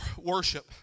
worship